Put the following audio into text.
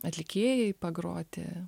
atlikėjai pagroti